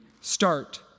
start